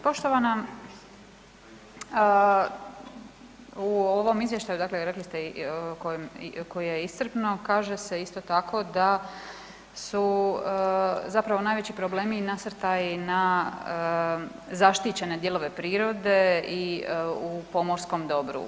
Poštovana, u ovom Izvještaju, dakle rekli ste i koje je iscrpno, kaže se, isto tako da su zapravo najveći problemi nasrtaji na zaštićene dijelove prirode i u pomorskom dobru.